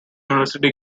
university